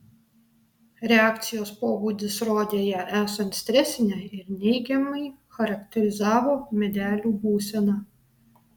reakcijos pobūdis rodė ją esant stresinę ir neigiamai charakterizavo medelių būseną